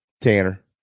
Tanner